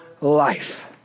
life